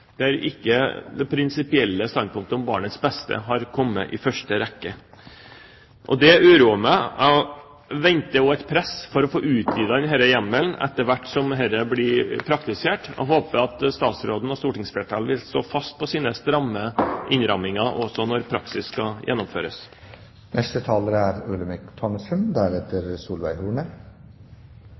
kompromiss der ikke det prinsipielle standpunktet om barnets beste har kommet i første rekke. Det uroer meg. Jeg venter også et press for å få utvidet denne hjemmelen etter hvert som dette blir praktisert, og jeg håper at statsråden og stortingsflertallet vil stå fast på sine stramme innramminger også når praksis skal